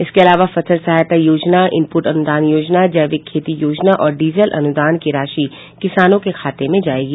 इसके अलावा फसल सहायता योजना इनप्रट अनुदान योजना जैविक खेती योजना और डीजल अनुदान की राशि किसानों के खातेमें जायेयगी